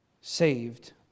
saved